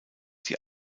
die